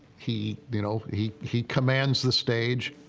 he, you know, he, he commands the stage.